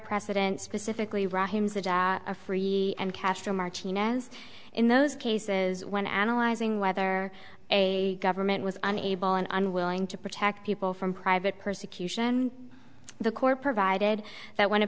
precedent specifically a free and castro martinez in those cases when analyzing whether a government was unable and unwilling to protect people from private persecution the core provided that when a